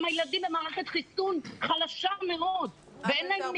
ילדים עם מערכת חיסון חלשה מאוד ואין להם מיגון.